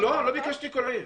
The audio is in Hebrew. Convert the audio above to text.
לא ביקשתי בכל עיר.